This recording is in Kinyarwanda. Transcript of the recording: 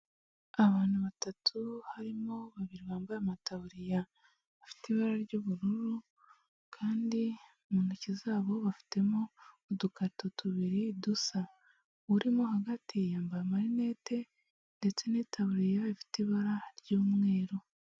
Abantu batatu harimo babiri bambaye amatabuririya afite ibara ry'ubururu kandi mu ntoki zabo bafitemo udukarito tubiri dusa, urimo hagati yambaye amarinete ndetse n'itaburiya ifite ibara ry'umweru.